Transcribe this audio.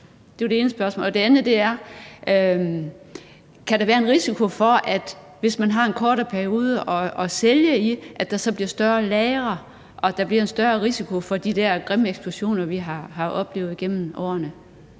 Det var det ene spørgsmål. Det andet er: Kan der være en risiko for, at der, hvis man har en kortere periode at sælge i, så bliver større lagre, og at der kommer de der grimme eksplosioner, vi har oplevet gennem årene?